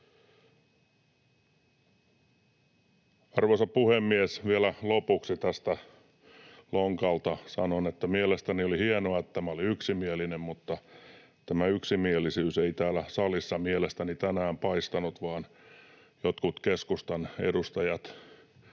Arvoisa puhemies! Vielä lopuksi tästä lonkalta sanon, että mielestäni oli hienoa, että tämä oli yksimielinen, mutta tämä yksimielisyys ei täältä salista mielestäni tänään paistanut, vaan jotkut keskustan edustajat